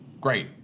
Great